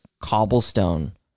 cobblestone